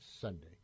Sunday